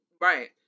right